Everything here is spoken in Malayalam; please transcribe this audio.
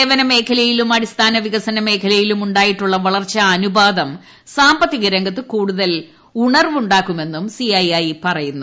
സേവനമേഖലയിലും അടിസ്ഥാന വികസന മേഖലയിലും ഉണ്ടായിട്ടുള്ള വളർച്ചാ അനുപാതം സാമ്പത്തികരംഗത്ത് കൂടുതൽ ഉണർവ്വുണ്ടാക്കുമെന്നും സിഐഐ പറയുന്നു